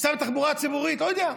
ייסע בתחבורה ציבורית, אני לא יודע.